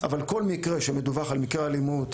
אבל כל מקרה שמדווח על מקרה אלימות,